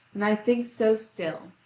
and i think so still.